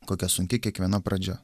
kokia sunki kiekviena pradžia